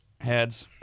heads